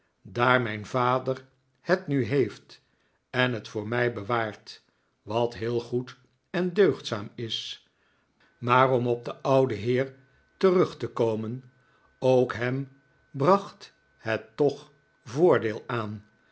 daar mijn vader het nu heeft en het voor mij bewaart wat heel goed en deugdzaam is maar om op den ouden de familie nickleby heer terug te komen ook hem bracht het toch voordeel aan